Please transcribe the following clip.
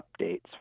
updates